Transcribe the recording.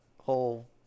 whole